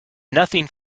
nothing